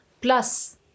plus